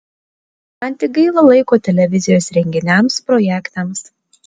man tik gaila laiko televizijos renginiams projektams